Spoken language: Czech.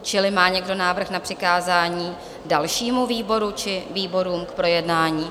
Čili má někdo návrh na přikázání dalšímu výboru či výborům k projednání?